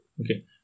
okay